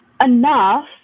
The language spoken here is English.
enough